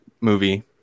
movie